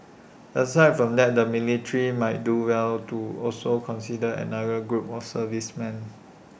aside from that the military might do well to also consider another group of servicemen